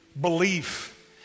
belief